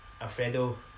Alfredo